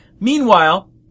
Meanwhile